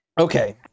Okay